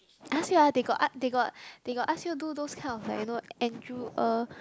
I ask you ah they got as~ they got they got ask you do those kind of Andrew uh